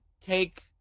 take